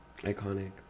Iconic